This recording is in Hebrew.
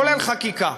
כולל חקיקה.